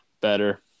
better